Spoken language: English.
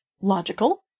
logical